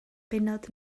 bennod